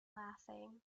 laughing